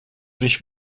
dich